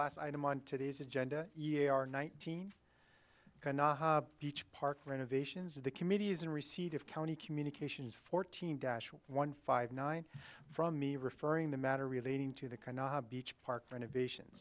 last item on today's agenda are nineteen beach park renovations the committees in receipt of county communications fourteen one five nine from me referring the matter relating to the beach park renovations